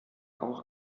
auch